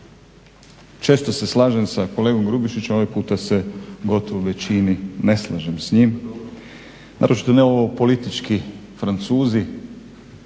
Često se slažem sa kolegom Grubišićem, ovaj puta se gotovo u većini ne slažem s njim, naročito ne ovo politički Francuzi,